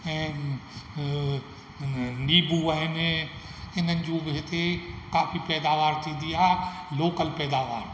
ऐं नीबूं आहिनि इन्हनि जूं बि हिते काफ़ी पैदावार थींदी आहे लोकल पैदावार